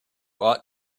ought